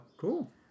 cool